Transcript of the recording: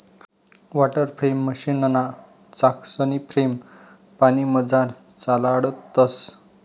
water frame मशीनना चाकसनी frame पानीमझार चालाडतंस